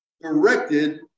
directed